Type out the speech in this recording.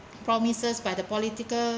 promises by the political